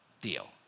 deal